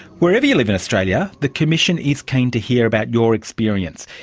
wherever you live in australia, the commission is keen to hear about your experience,